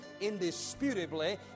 indisputably